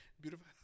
Beautiful